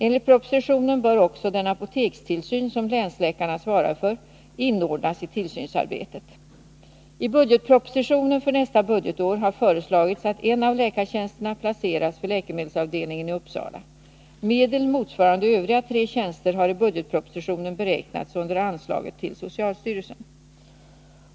Enligt propositionen bör också den apotekstillsyn som länsläkarna svarar för inordnas i tillsynsarbetet. I budgetpropositionen för nästa budgetår har föreslagits att en av läkartjänsterna placeras vid läkemedelsavdelningen i Uppsala. Medel motsvarande övriga tre tjänster har i budgetpropositionen beräknats under anslaget till socialstyrelsen.